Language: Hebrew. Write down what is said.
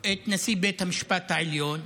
את נשיא בית המשפט העליון,